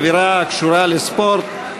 עבירה הקשורה לספורט,